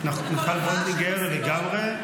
שניכם --- מיכל וולדיגר, לגמרי.